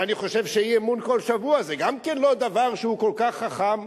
ואני חושב שאי-אמון כל שבוע זה גם כן לא דבר שהוא כל כך חכם.